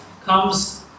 comes